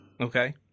Okay